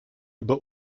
über